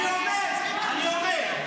(חבר הכנסת יוראי להב הרצנו יוצא מאולם